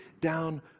down